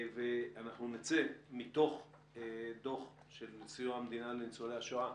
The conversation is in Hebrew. אנחנו נצא מתוך דוח של מבקר המדינה על סיוע המדינה לניצולי השואה,